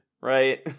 right